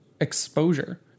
exposure